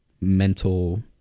mental